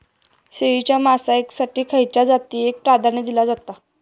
शेळीच्या मांसाएसाठी खयच्या जातीएक प्राधान्य दिला जाता?